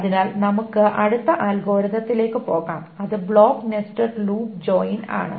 അതിനാൽ നമുക്ക് അടുത്ത അൽഗോരിതത്തിലേക്കു പോകാം അത് ബ്ലോക്ക് നെസ്റ്റഡ് ലൂപ്പ് ജോയിൻ ആണ്